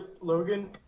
Logan